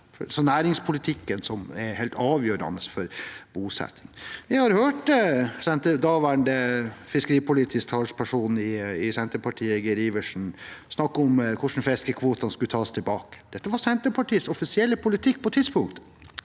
næringspolitikken, som er helt avgjørende for bosettingen. Vi har hørt daværende fiskeripolitisk talsperson i Senterpartiet Geir Adelsten Iversen snakke om hvordan fiskekvotene skulle tas tilbake. Dette var Senterpartiets offisielle politikk på et tidspunkt.